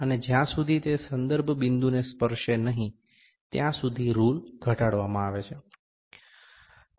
અને જ્યાં સુધી તે સંદર્ભ બિંદુને સ્પર્શે નહીં ત્યાં સુધી રુલ ઘટાડવામાં આવે છે